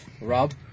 Rob